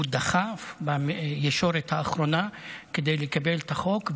הוא דחף בישורת האחרונה כדי לקבל את החוק.